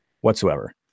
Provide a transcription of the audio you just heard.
whatsoever